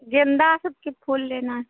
गेन्दा सबके फूल लेना